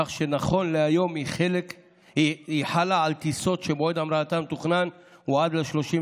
כך שנכון להיום היא חלה על טיסות שמועד המראתן המתוכנן הוא עד ל-31